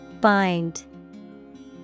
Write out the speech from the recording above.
Bind